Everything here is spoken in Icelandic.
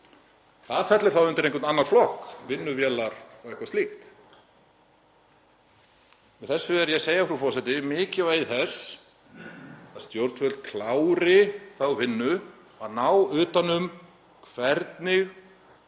Það fellur undir einhvern annan flokk, vinnuvélar og eitthvað slíkt. Með þessu er ég að árétta, frú forseti, mikilvægi þess stjórnvöld klári þá vinnu að ná utan um hvernig